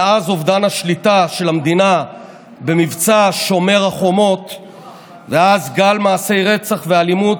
אובדן השליטה של המדינה במבצע שומר החומות ואז גל מעשי רצח ואלימות,